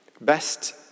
best